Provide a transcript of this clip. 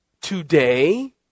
today